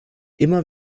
immer